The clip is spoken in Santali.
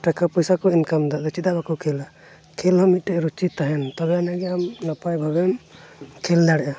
ᱴᱟᱠᱟ ᱯᱩᱭᱥᱟ ᱠᱚ ᱤᱱᱠᱟᱢ ᱫᱟ ᱪᱮᱫᱟᱜ ᱵᱟᱠᱚ ᱠᱷᱮᱞᱟ ᱠᱷᱮᱞ ᱦᱚᱸ ᱢᱤᱫᱴᱮᱡ ᱨᱩᱪᱤ ᱛᱟᱦᱮᱱ ᱛᱚᱵᱮ ᱟᱹᱱᱤᱡ ᱜᱮ ᱟᱢ ᱱᱟᱯᱟᱭ ᱵᱷᱟᱵᱮᱢ ᱠᱷᱮᱞ ᱫᱟᱲᱮᱭᱟᱜᱼᱟ